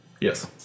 Yes